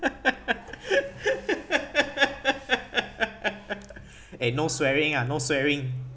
eh no swearing ah no swearing